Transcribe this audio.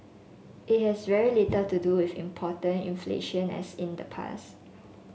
it has very little to do with imported inflation as in the past